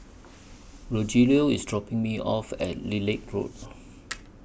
Rogelio IS dropping Me off At Lilac Road